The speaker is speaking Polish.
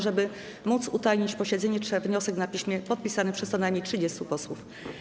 Żeby móc utajnić posiedzenie, trzeba mieć wniosek na piśmie podpisany przez co najmniej 30 posłów.